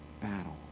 battle